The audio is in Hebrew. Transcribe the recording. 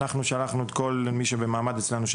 אנחנו שלחנו את כל מי שבמעמד אצלנו,